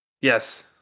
Yes